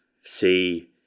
see